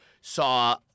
saw